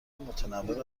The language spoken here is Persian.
متنوع